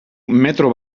metro